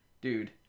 dude